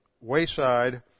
wayside